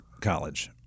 college